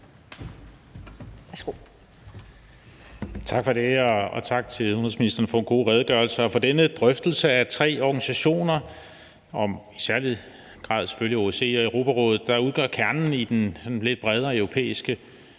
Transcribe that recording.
Tak for det. Og tak til udenrigsministeren for en god redegørelse og for denne drøftelse af tre organisationer – i særlig grad selvfølgelig OSCE og Europarådet – der udgør kernen i den sådan lidt bredere europæiske